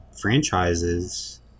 franchises